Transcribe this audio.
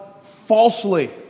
falsely